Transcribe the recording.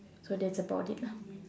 so that's about it lah